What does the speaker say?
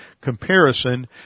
comparison